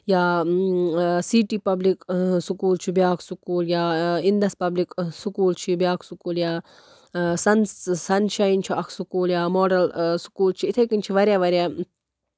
آ city public school چھُ بیاکھ سکوٗل یا اَندس پَبلَک سکوٗل چھُ بیاکھ سکوٗل یا سَن سن شَیِن چھُ اکھ سکوٗل یا ماڈَل سکوٗل چھُ یِتھے کٔنۍ چھِ واریاہ واریاہ